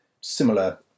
similar